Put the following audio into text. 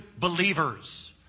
believers